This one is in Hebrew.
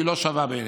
היא לא שווה בעינינו.